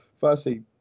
Firstly